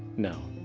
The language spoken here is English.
no.